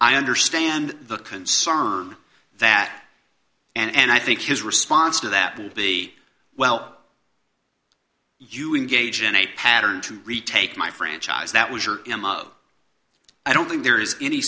i understand the concern that and i think his response to that will be well you engage in a pattern to retake my franchise that was your m o i don't think there is any